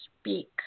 speak